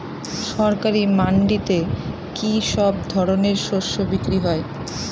সরকারি মান্ডিতে কি সব ধরনের শস্য বিক্রি হয়?